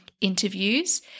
interviews